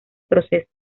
proceso